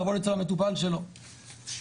לעבוד אצל המטופל שלו,